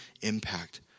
impact